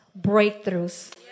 breakthroughs